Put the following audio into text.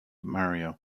mario